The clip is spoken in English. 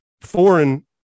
foreign